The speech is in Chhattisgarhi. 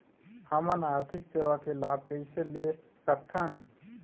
हमन आरथिक सेवा के लाभ कैसे ले सकथन?